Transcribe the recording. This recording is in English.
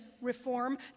reform